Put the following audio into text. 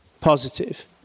positive